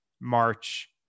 March